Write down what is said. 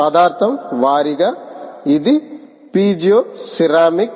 పదార్థం వారీగా ఇది పీజోసెరామిక్